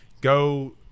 go